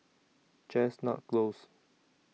Chestnut Close